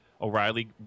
O'Reilly